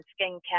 skincare